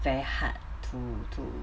very hard to to